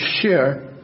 share